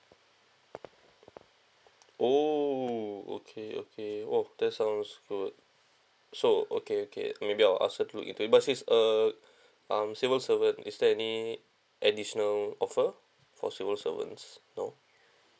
oh okay okay oo that's sounds good so okay okay maybe I'll ask her to into it but she's a uh um civil servant is there any additional offer for civil servant no